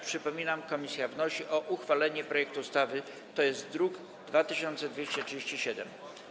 Przypominam, że komisja wnosi o uchwalenie projektu ustawy z druku nr 2237.